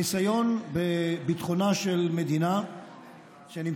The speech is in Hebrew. ניסיון בביטחונה של מדינה שנמצאת